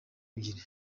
ebyiri